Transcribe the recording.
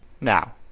Now